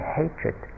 hatred